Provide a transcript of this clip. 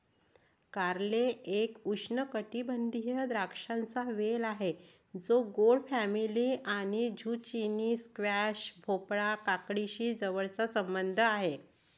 कारले एक उष्णकटिबंधीय द्राक्षांचा वेल आहे जो गोड फॅमिली आणि झुचिनी, स्क्वॅश, भोपळा, काकडीशी जवळचा संबंध आहे